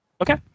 Okay